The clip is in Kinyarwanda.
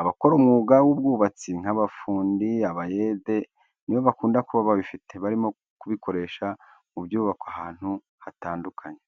abakora umwuga w'ubwubatsi nk'abafundi cyangwa abayede nibo bakunda kuba babifite, barimo kubikoresha mu byubakwa ahantu hatandukanye.